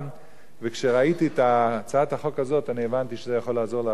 וכשראיתי את הצעת החוק הזאת הבנתי שזה יכול לעזור להרבה אנשים,